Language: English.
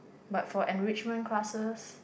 but for enrichment classes